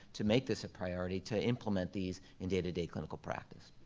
to make this a priority, to implement these, in day-to-day clinical practice?